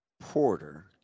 Porter